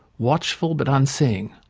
watchful but unseeing,